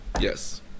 Yes